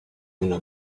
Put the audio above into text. una